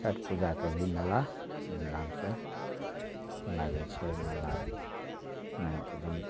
छैठ पूजाके ई मेला धूम धामसँ लागय छै मेलामे एकदम